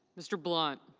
mr. blunt.